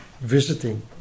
visiting